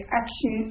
action